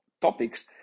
topics